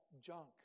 junk